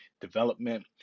development